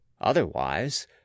Otherwise